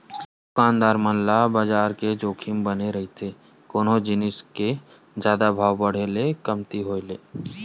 दुकानदार मन ल बजार के जोखिम बने रहिथे कोनो जिनिस के जादा भाव बड़हे ले कमती होय ले